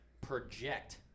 project